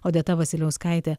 odeta vasiliauskaitė